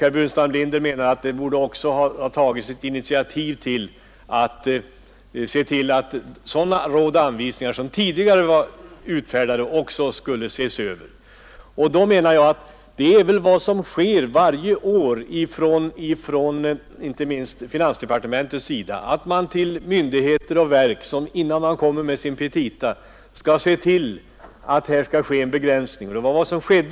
Herr Burenstam Linder menar att det också borde ha tagits ett initiativ till att tidigare utfärdade råd och anvisningar skulle ses över. Jag menar att detta även sker varje år, inte minst genom att finansdepartementet uppmanar myndigheter och verk att innan de lämnar in sina petita försöka åstadkomma en begränsning. Så skedde även i fjol.